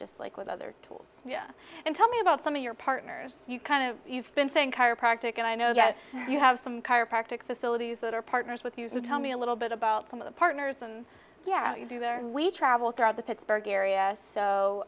just like with other tools and tell me about some of your partners you kind of you've been saying chiropractic and i know that you have some chiropractic facilities that are partners with you tell me a little bit about some of the partners and yeah you do there and we travel throughout the pittsburgh area so